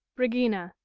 regina.